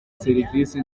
serivisi